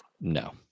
No